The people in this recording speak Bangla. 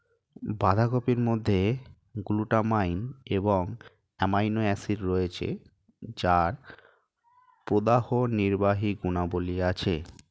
বাঁধাকপির মধ্যে গ্লুটামাইন এবং অ্যামাইনো অ্যাসিড রয়েছে যার প্রদাহনির্বাহী গুণাবলী আছে